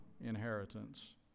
inheritance